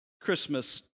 Christmas